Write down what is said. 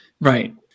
Right